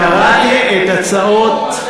קראתי את הצעות,